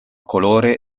colore